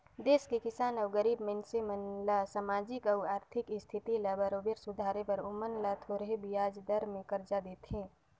देस के किसान अउ गरीब मइनसे मन ल सामाजिक अउ आरथिक इस्थिति ल बरोबर सुधारे बर ओमन ल थो रहें बियाज दर में करजा देथे